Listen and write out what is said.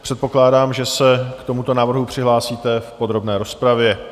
Předpokládám, že se k tomuto návrhu přihlásíte v podrobné rozpravě.